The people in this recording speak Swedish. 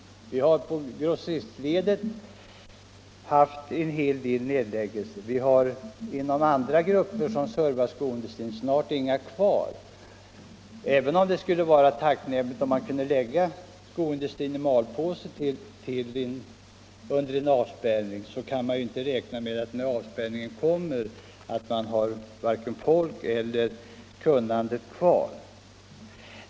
Det har förekommit en hel del nedläggelser inom grossistledet, och inom andra grupper som står i liknande förhållande till skoindustrin är det snart inga företag kvar. Även om det skulle vara tacknämligt att kunna lägga skoindustrin i malpåse fram till en avspärrning, kan man inte räkna med att vi när denna avspärrning kommer har vare sig folk eller kunnande kvar.